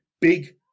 big